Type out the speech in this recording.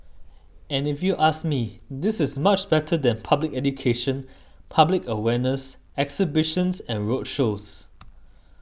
and if you ask me this is much better than public education public awareness exhibitions and roadshows